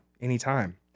anytime